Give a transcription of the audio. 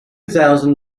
thousand